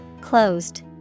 Closed